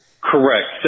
Correct